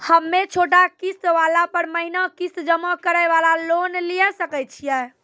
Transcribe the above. हम्मय छोटा किस्त वाला पर महीना किस्त जमा करे वाला लोन लिये सकय छियै?